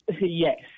Yes